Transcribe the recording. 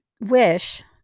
wish